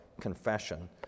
confession